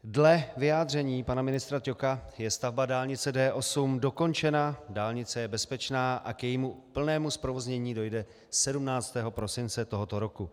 Dle vyjádření pana ministra Ťoka je stavba dálnice D8 dokončena, dálnice je bezpečná a k jejímu plnému zprovoznění dojde 17. prosince tohoto roku.